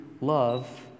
love